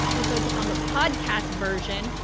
we focus on the podcast version,